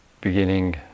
beginning